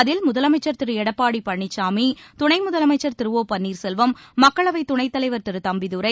அதில் முதலமைச்சர் திரு எடப்பாடி பழனிசாமி துணை முதலமைச்சர் திரு ஓ பன்னீர்செல்வம் மக்களவை துணைத் தலைவர் திரு தம்பிதுரை